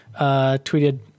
tweeted